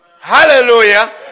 Hallelujah